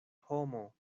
homo